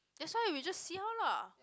that's why we just see how lah